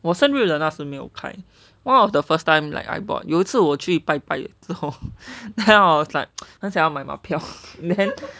我生日的时候他没有开 one of the first time like I bought 有次我去拜拜之后 then I was like 很想要买马票 then